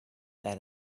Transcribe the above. that